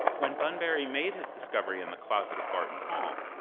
when bunbury made his discovery in the closet of barton hall,